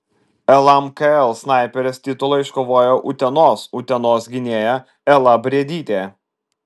lmkl snaiperės titulą iškovojo utenos utenos gynėja ela briedytė